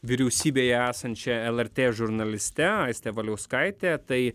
vyriausybėje esančia lrt žurnaliste aiste valiauskaite tai